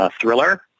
Thriller